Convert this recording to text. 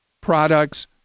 products